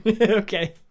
Okay